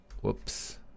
whoops